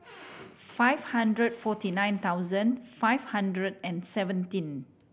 five hundred forty nine thousand five hundred and seventeen